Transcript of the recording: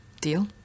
Deal